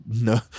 no